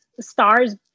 Stars